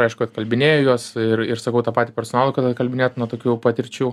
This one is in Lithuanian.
aišku atkalbinėju juos ir ir sakau tą patį personalui kad atkalbinėtų nuo tokių patirčių